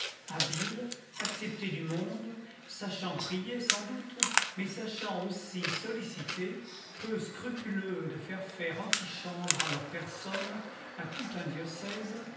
habiles acceptés du monde sachant prier sans doute mais sachant aussi solliciter peu scrupuleux de faire faire antichambre en leur personne à tout un diocèse